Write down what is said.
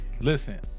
Listen